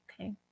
Okay